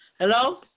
Hello